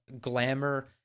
glamour